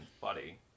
buddy